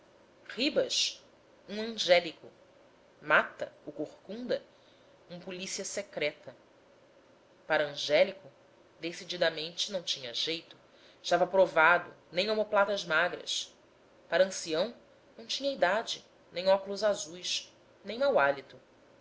ribas um angélico mata o corcunda um policia secreta para angélico decididamente não tinha jeito estava provado nem omoplatas magras para ancião não tinha idade nem óculos azuis nem mau hálito